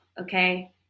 okay